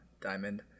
Diamond